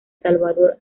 salvador